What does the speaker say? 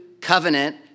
covenant